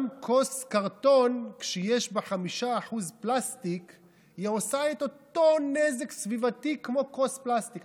גם כוס קרטון שיש בה 5% פלסטיק עושה את אותו נזק סביבתי כמו כוס פלסטיק.